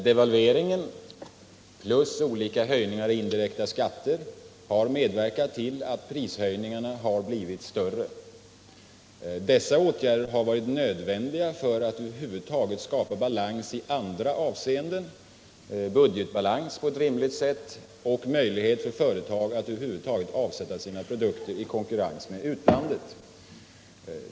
Devalveringen och olika höjningar av indirekta skatter har medverkat till att göra prishöjningarna större, men dessa åtgärder har varit nödvändiga för att över huvud taget skapa balans i andra avseenden, nämligen för att åstadkomma en rimlig budgetbalans och möjlighet för företag att över huvud taget avsätta sina produkter i konkurrens med utlandet.